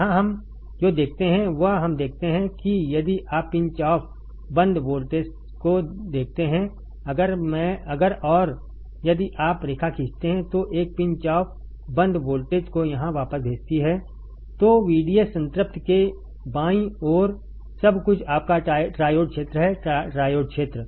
यहाँ हम जो देखते हैं वह हम देखते हैं कि यदि आप पिंच ऑफ बंद वोल्टेज को देखते हैं अगर और यदि आप रेखा खींचते हैं जो एक पिंच ऑफ बंद वोल्टेज को यहाँ वापस भेजती है तो VDS संतृप्ति के बाईं ओर सब कुछ आपका ट्रायोड क्षेत्र है ट्रायोड क्षेत्र